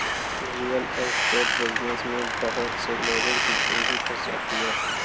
real estate business में बहुत से लोगों की पूंजी फंस जाती है